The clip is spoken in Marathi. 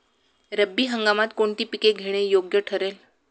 रब्बी हंगामात कोणती पिके घेणे योग्य ठरेल?